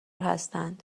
هستند